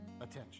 attention